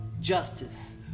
justice